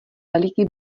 veliký